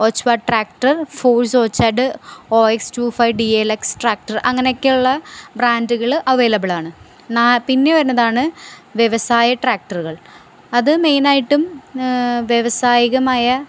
Orchard tractor Force Orchard O X two five D L X tractor അങ്ങനെയൊക്കെയുള്ള ബ്രാൻഡുകള് അവെയ്ലബിളാണ് പിന്നെ വരുന്നതാണ് വ്യവസായ ട്രാക്ടറുകൾ അത് മെയിനായിട്ടും വ്യാവസായികമായ